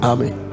Amen